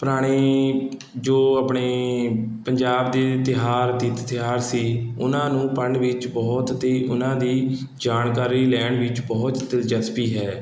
ਪੁਰਾਣੇ ਜੋ ਆਪਣੇ ਪੰਜਾਬ ਦੇ ਤਿਉਹਾਰ ਤਿੱਥ ਤਿਉਹਾਰ ਸੀ ਉਹਨਾਂ ਨੂੰ ਪੜ੍ਹਨ ਵਿੱਚ ਬਹੁਤ ਅਤੇ ਉਹਨਾਂ ਦੀ ਜਾਣਕਾਰੀ ਲੈਣ ਵਿੱਚ ਬਹੁਤ ਦਿਲਚਸਪੀ ਹੈ